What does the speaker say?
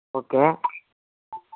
okay